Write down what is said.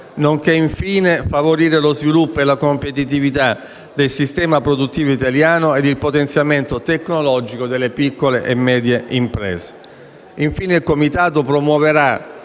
nonché quello di favorire lo sviluppo e la competitività del sistema produttivo italiano e il potenziamento tecnologico delle piccole e medie imprese.